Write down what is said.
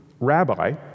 rabbi